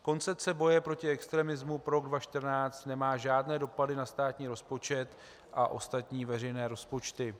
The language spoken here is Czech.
Koncepce boje proti extremismu pro rok 2014 nemá žádné dopady na státní rozpočet a ostatní veřejné rozpočty.